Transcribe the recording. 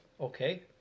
okay